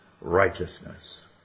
righteousness